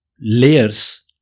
layers